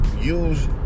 use